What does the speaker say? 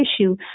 issue